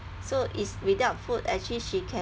so it's without food actually she can